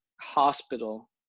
hospital